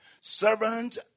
Servants